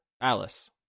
Alice